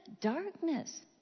darkness